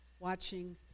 watching